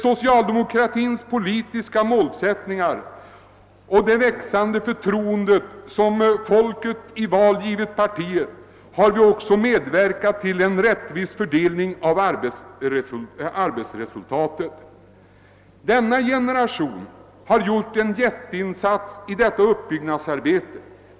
Socialdemokratins politiska målsättningar och det växande förtroende som folket i val givit partiet har också medverkat till en rättvis fördelning av arbetsresultaten. Den äldre generationen har gjort en jätteinsats i detta uppbygg nadsarbete.